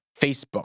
Facebook